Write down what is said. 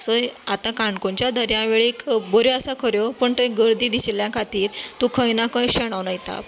so आतां काणकोणच्या दर्यावेळीक बऱ्यो आसा खऱ्यो पूण थंय गर्दी दिशिल्ल्या खातीर तूं खंय ना खंय शेणून वयता